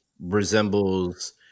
resembles